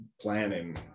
planning